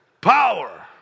Power